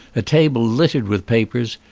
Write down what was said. a table littered with papers,